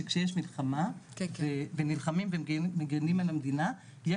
שכשיש מלחמה ונלחמים ומגנים על המדינה יש